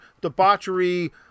debauchery